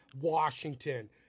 Washington